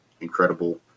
incredible